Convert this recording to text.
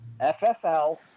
FFL